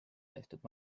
tehtud